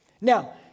Now